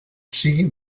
siguin